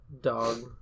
dog